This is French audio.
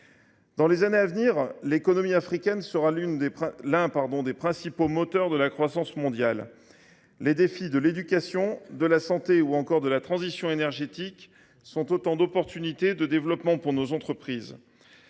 Dans les années à venir, l’économie africaine sera l’un des principaux moteurs de la croissance mondiale. Les défis de l’éducation, de la santé ou encore de la transition énergétique sont autant d’occasions de développement pour nos entreprises.